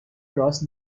راست